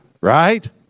Right